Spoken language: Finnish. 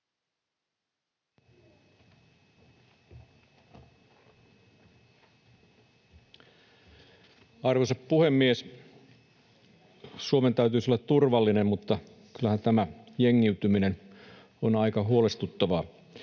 Arvoisa puhemies! Suomen täytyisi olla turvallinen, mutta kyllähän tämä jengiytyminen on aika huolestuttavaa.